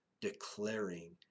declaring